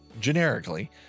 generically